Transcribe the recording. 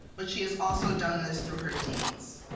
but she has also done this through her deeds.